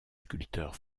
sculpteur